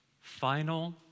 final